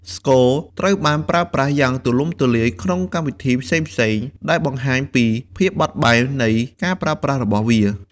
ស្គរត្រូវបានប្រើប្រាស់យ៉ាងទូលំទូលាយក្នុងកម្មវិធីផ្សេងៗ ដែលបង្ហាញពីភាពបត់បែននៃការប្រើប្រាស់របស់វា។